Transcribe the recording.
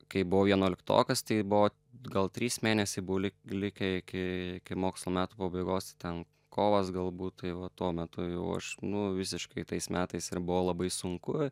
kai buvau vienuoliktokas tai buvo gal trys mėnesiai buli likę iki iki mokslo metų pabaigos tai ten kovas galbūt tai va tuo metu jau aš nu visiškai tais metais ir buvo labai sunku